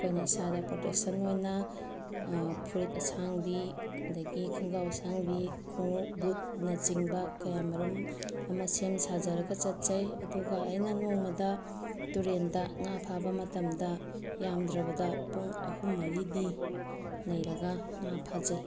ꯑꯩꯈꯣꯏꯅ ꯏꯁꯥꯗ ꯄ꯭ꯔꯣꯇꯦꯛꯁꯟ ꯑꯣꯏꯅ ꯐꯨꯔꯤꯠ ꯑꯁꯥꯡꯕꯤ ꯑꯗꯒꯤ ꯈꯣꯡꯒ꯭ꯔꯥꯎ ꯑꯁꯥꯡꯕꯤ ꯈꯨꯉꯨꯞ ꯕꯨꯠꯅꯆꯤꯡꯕ ꯀꯌꯥꯃꯔꯣꯝ ꯑꯃ ꯁꯦꯝ ꯁꯥꯖꯔꯒ ꯆꯠꯆꯩ ꯑꯗꯨꯒ ꯑꯩꯅ ꯅꯣꯡꯃꯗ ꯇꯨꯔꯦꯟꯗ ꯉꯥ ꯐꯥꯕ ꯃꯇꯝꯗ ꯌꯥꯝꯗ꯭ꯔꯕꯗ ꯄꯨꯡ ꯑꯍꯨꯝ ꯃꯔꯤꯗꯤ ꯂꯩꯔꯒ ꯉꯥ ꯐꯥꯖꯩ